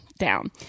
down